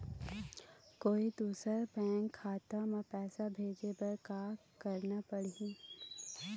कोई दूसर बैंक खाता म पैसा भेजे बर का का करना पड़ही?